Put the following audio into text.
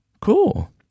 cool